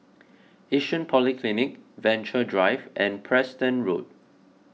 Yishun Polyclinic Venture Drive and Preston Road